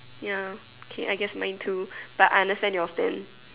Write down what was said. ya okay I guess mine too but I understand your stand